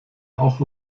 auch